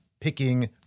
picking